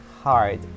hard